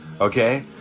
okay